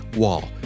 wall